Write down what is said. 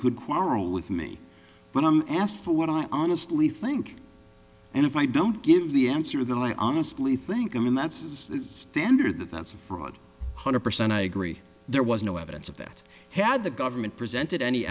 could quarrel me when i'm asked for what i honestly think and if i don't give the answer that i honestly think i mean that says standard that's fraud hundred percent i agree there was no evidence of that had the government presented any